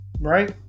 right